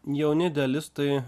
jauni idealistai